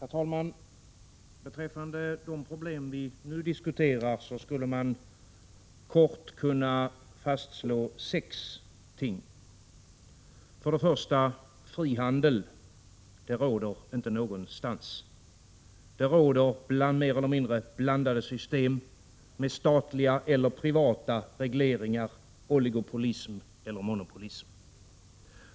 Herr talman! Beträffande de problem som vi nu diskuterar skulle man i sex punkter kort kunna fastslå följande. För det första: Frihandel råder inte någonstans. Det finns mer eller mindre blandade system med statliga eller privata regleringar, oligopolism eller monopolism.